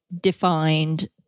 defined